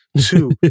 two